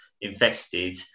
invested